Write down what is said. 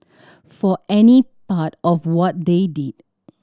for any part of what they did